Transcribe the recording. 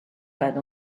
pad